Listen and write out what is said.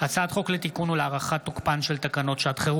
הצעת חוק